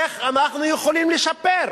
איך אנחנו יכולים לשפר.